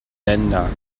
länder